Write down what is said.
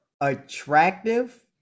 attractive